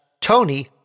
Tony